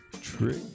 trick